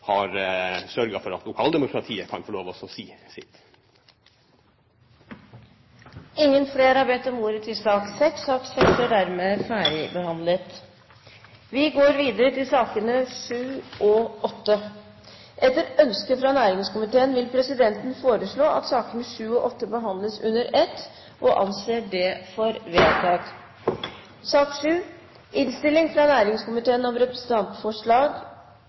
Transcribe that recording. har sørget for at lokaldemokratiet kan få lov til å si sitt. Flere har ikke bedt om ordet til sak nr. 6. Etter ønske fra næringskomiteen vil presidenten foreslå at sakene nr. 7 og 8 behandles under ett. – Det anses vedtatt. Etter ønske fra næringskomiteen